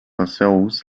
ourselves